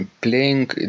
playing